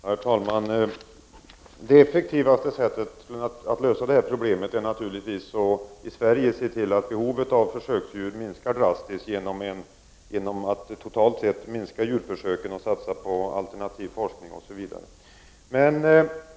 Herr talman! Det mest effektiva sättet att lösa det här problemet i Sverige är naturligtvis att vi ser till att behovet av försöksdjur drastiskt minskar genom att totalt sett minska djurförsöken och satsa på alternativ forskning.